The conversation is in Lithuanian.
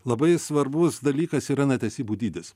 labai svarbus dalykas yra netesybų dydis